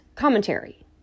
Commentary